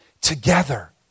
together